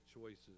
choices